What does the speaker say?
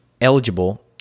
eligible